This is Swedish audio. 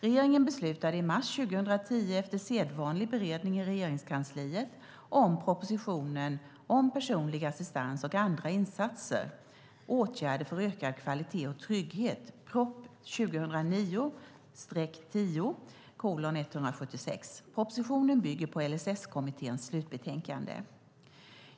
Regeringen beslutade i mars 2010, efter sedvanlig beredning i Regeringskansliet, om propositionen Personlig assistans och andra insatser - åtgärder för ökad kvalitet och trygghet . Propositionen bygger på LSS-kommitténs slutbetänkande.